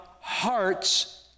hearts